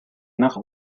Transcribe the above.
nach